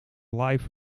live